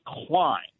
decline